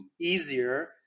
easier